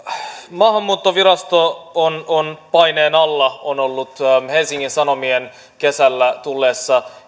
maahanmuuttovirasto on on paineen alla tällainen näkemys on ollut helsingin sanomien kesällä tulleessa